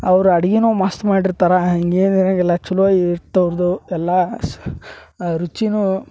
ಅವರ ಅಡಿಗೀನೂ ಮಸ್ತ್ ಮಾಡಿರ್ತಾರೆ ಹಂಗೇನು ಇರಂಗಿಲ್ಲ ಛಲೋ ಇರತ್ತೆ ಅವ್ರ್ದು ಎಲ್ಲಾ ರುಚಿನೂ